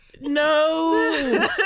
no